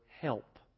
Help